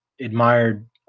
admired